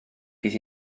bydd